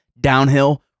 downhill